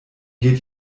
geht